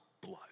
blood